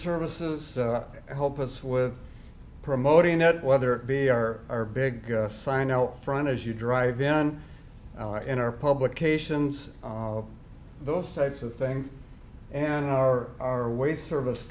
services to help us with promoting that whether it be our or big sign out front as you drive in in our publications those types of things and our our way service